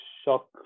Shock